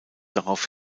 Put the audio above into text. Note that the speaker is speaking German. darauf